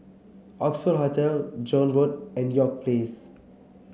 Oxford Hotel Joan Road and York Place